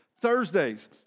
Thursdays